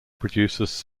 produces